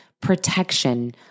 protection